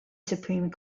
supreme